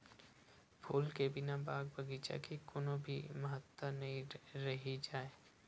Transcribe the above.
फूल के बिना बाग बगीचा के कोनो भी महत्ता नइ रहि जाए